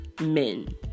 men